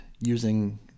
using